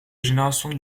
génération